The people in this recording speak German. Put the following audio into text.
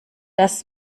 das